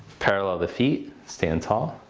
parallel the feet, stand tall.